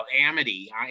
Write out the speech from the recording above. Amity